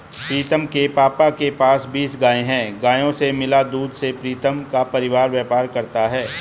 प्रीतम के पापा के पास बीस गाय हैं गायों से मिला दूध से प्रीतम का परिवार व्यापार करता है